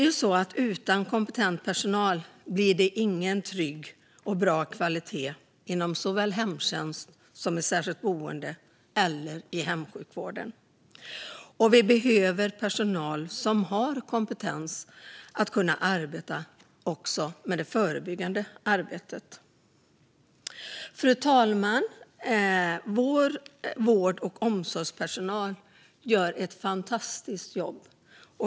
Utan kompetent personal blir det ingen trygg och bra kvalitet vare sig inom hemtjänst, på särskilt boende eller i hemsjukvård. Vi behöver också personal med kompetens att arbeta förebyggande. Fru talman! Vår vård och omsorgspersonal gör ett fantastiskt jobb.